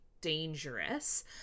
dangerous